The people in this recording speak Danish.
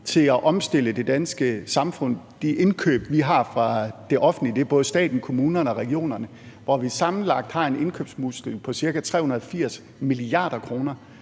til at omstille det danske samfund. Det indkøb, vi har fra det offentlige – det er både staten, kommunerne og regionerne – hvor vi sammenlagt har en indkøbsmuskel på ca. 380 mia. kr.,